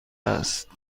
است